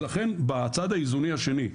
ולכן בצד האיזוני השני,